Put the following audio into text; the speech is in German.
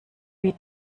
wie